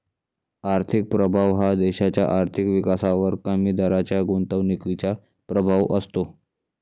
आर्थिक प्रभाव हा देशाच्या आर्थिक विकासावर कमी दराच्या गुंतवणुकीचा प्रभाव असतो